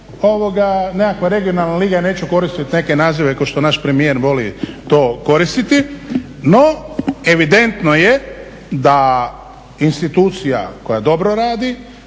to nekakva regionalna liga, neću koristiti neke nazive kao što naš premijer voli to koristiti. No, evidentno je da institucija koja dobro radi,